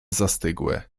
zastygłe